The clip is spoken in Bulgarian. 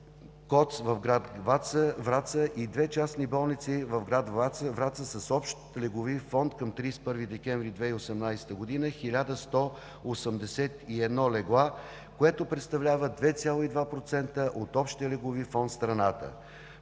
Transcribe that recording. в град Враца и две частни болници в град Враца с общ леглови фонд към 31 декември 2918 г. 1181 легла, което представлява 2,2% от общия леглови фонд в страната.